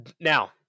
now